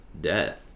death